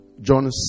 John